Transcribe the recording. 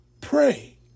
pray